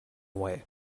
away